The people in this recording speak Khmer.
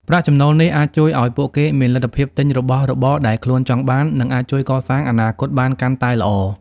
ប្រាក់ចំណូលនេះអាចជួយឱ្យពួកគេមានលទ្ធភាពទិញរបស់របរដែលខ្លួនចង់បាន និងអាចជួយកសាងអនាគតបានកាន់តែល្អ។